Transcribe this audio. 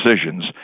decisions